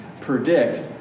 predict